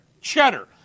Cheddar